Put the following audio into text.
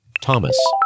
Thomas